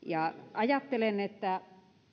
ajattelen että